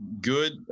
good